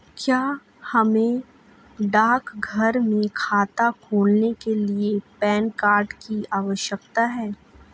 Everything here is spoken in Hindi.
क्या हमें डाकघर में खाता खोलने के लिए पैन कार्ड की आवश्यकता है?